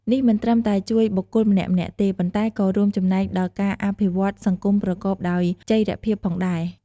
នេះមិនត្រឹមតែជួយបុគ្គលម្នាក់ៗទេ ប៉ុន្តែក៏រួមចំណែកដល់ការអភិវឌ្ឍសង្គមប្រកបដោយចីរភាពផងដែរ។